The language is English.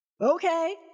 Okay